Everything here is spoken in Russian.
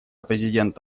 президент